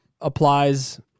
applies